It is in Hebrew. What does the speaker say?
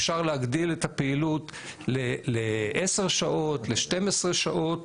אפשר להגדיל את הפעילות לעשר שעות, ל-12 שעות,